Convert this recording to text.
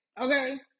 okay